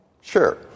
Sure